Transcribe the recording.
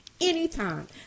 anytime